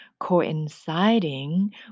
coinciding